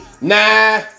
Nah